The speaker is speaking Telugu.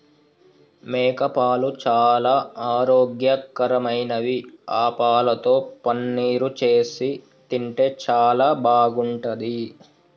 మేకపాలు చాలా ఆరోగ్యకరమైనవి ఆ పాలతో పన్నీరు చేసి తింటే చాలా బాగుంటది